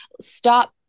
stop